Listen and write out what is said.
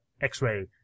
X-ray